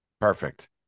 Perfect